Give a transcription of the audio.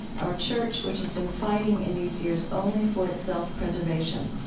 our church, which has been fighting in these years only for its self-preservation,